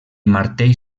martell